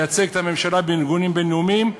לייצג את הממשלה בארגונים בין-לאומיים,